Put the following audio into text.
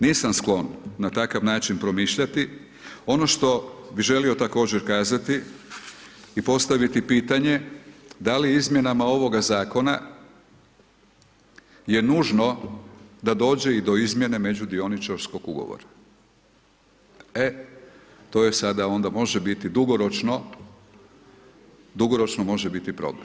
Nisam sklon na takav način promišljati, ono što bi želio također kazati i postaviti pitanje, da li izmjenama ovoga zakona je nužno da dođe i do izmjene međudioničarskoga ugovora, e to je sada onda može biti dugoročno, dugoročno može biti problem.